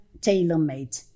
tailor-made